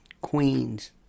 Queens